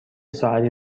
ساعتی